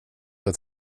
att